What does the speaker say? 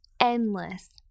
endless